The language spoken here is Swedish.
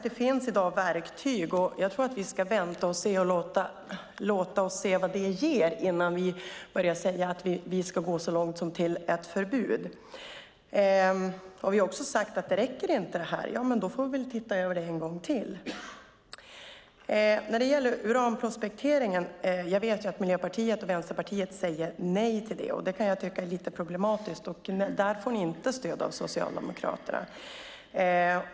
Det finns verktyg i dag. Jag tror att vi ska vänta och se vad de ger innan vi börjar säga att vi ska gå så långt som till ett förbud. Vi har också sagt att om detta inte räcker får vi titta över det en gång till. Jag vet att Miljöpartiet och Vänsterpartiet säger nej till uranprospektering. Jag kan tycka att det är lite problematiskt. Där får ni inte stöd av Socialdemokraterna.